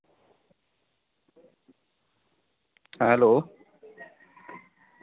ᱦᱮᱸ ᱦᱮᱞᱳ